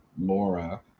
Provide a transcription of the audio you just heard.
Laura